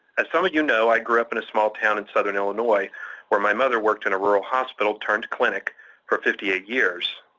as some of you know, i grew up in a small town in southern illinois where my mother worked in a rural hospital turned clinic for fifty eight years.